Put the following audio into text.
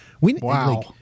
Wow